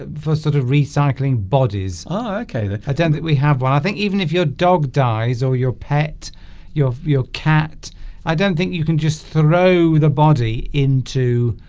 ah for sort of recycling bodies ah okay look i don't think we have one i think even if your dog dies or your pet your your cat i don't think you can just throw the body into